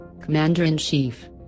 commander-in-chief